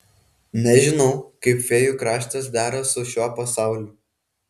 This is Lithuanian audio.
nežinau kaip fėjų kraštas dera su šiuo pasauliu